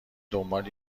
دنبال